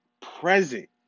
present